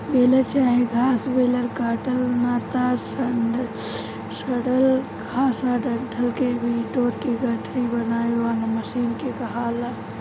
baler चाहे घास baler काटल ना त सड़ल घास आ डंठल के बिटोर के गठरी बनावे वाला मशीन के कहाला